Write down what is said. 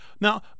Now